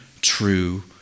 true